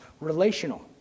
Relational